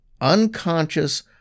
unconscious